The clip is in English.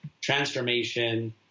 Transformation